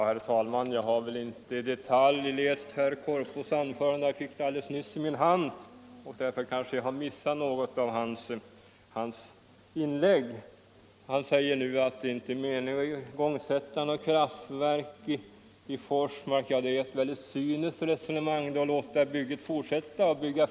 Herr talman! Jag har inte i detalj läst herr Korpås anförande. Jag fick det alldeles nyss i min hand, och därför kanske jag missat något i hans inlägg. Han säger nu att det inte är meningen att sätta i gång något kraftverk 1 Forsmark. Då är det väldigt cyniskt att slutföra bygget.